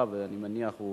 ואני מניח שהוא